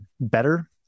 better